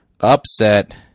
upset